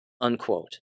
Unquote